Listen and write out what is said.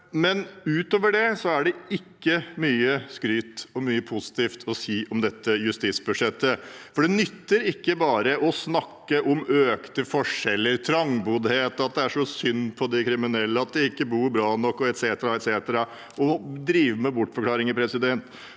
Utover det er det ikke mye å skryte av og mye positivt å si om dette justisbudsjettet. Det nytter ikke å snakke om økte forskjeller og trangboddhet og at det er så synd på de kriminelle, at de ikke bor bra nok, osv. – å drive med bortforklaringer – samtidig